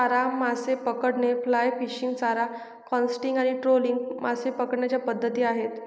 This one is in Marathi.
चारा मासे पकडणे, फ्लाय फिशिंग, चारा कास्टिंग आणि ट्रोलिंग मासे पकडण्याच्या पद्धती आहेत